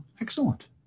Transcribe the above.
Excellent